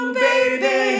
baby